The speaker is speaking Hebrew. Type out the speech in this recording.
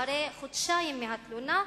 אחרי חודשים מהתלונה,